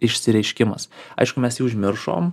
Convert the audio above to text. išsireiškimas aišku mes jį užmiršom